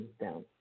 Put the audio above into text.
down